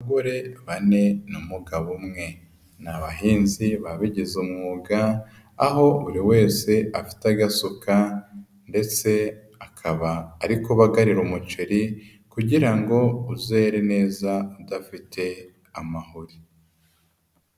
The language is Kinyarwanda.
Abagore bane n'umugabo umwe, ni abahinzi babigize umwuga, aho buri wese afite agasuka ndetse akaba ari kubagarira umuceri kugira ngo uzere neza udafite amahuri.